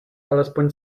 alespoň